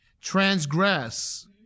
transgress